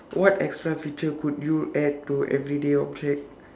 what extra feature could you add to everyday object